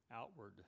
outward